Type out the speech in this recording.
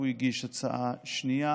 הוא הגיש הצעה שנייה,